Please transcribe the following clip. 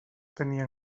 tenia